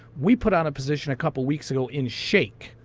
we put on a position a couple weeks ago in shake,